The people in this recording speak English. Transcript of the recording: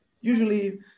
usually